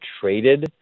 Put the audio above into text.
traded